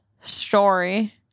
story